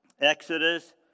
Exodus